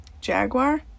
jaguar